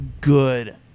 good